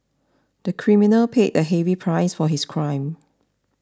the criminal paid a heavy price for his crime